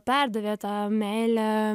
perdavė tą meilę